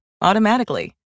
automatically